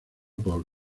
por